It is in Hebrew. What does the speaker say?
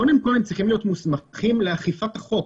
קודם כל הם צריכים להיות מוסמכים לאכיפת החוק,